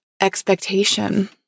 expectation